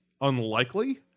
unlikely